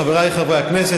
חבריי חברי הכנסת,